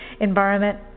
environment